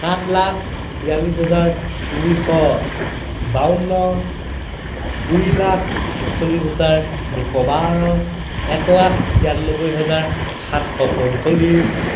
সাত লাখ বিয়াল্লিছ হাজাৰ তিনিশ বাৱন্ন দুই লাখ একচল্লিছ হাজাৰ দুশ বাৰ এক লাখ তিৰান্নব্বৈ হাজাৰ সাতশ পঞ্চল্লিছ